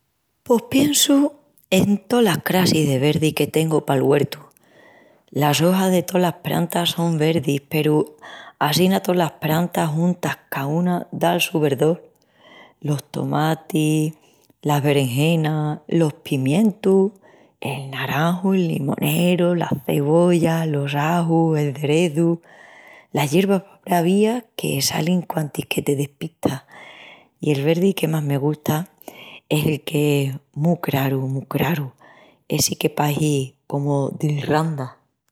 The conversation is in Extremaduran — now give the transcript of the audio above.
Pos piensu en tolas crassis de verdi que tengu pal güertu. Las ojas de tolas prantas son verdis peru assina tolas prantas juntas caúna da'l su verdol. Los tomatis, las beregenas, los pimientus, el naranju, el limoneru, las cebollas, los ajus, el cerezu, las yerbas bravías que salin quantis que te despistas,... i el verdi que más me gusta es el qu'es mu craru, mu craru, essi que pahi comu d'Ilranda.